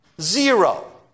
Zero